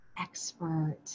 expert